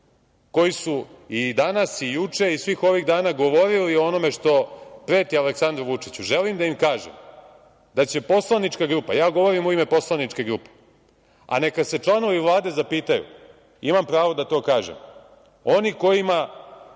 koji su i danas i juče i svih ovih dana govorili o onome što preti Aleksandru Vučiću, želim da im kažem da će poslanička grupa, ja govorim u ime poslaničke grupe, a neka se članovi Vlade zapitaju, imam pravo da to kažem, oni kojima